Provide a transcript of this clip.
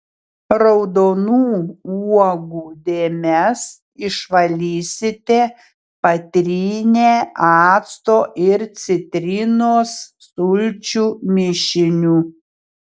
raudonų uogų dėmes išvalysite patrynę acto ir citrinos sulčių mišiniu